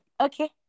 Okay